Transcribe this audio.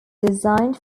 designed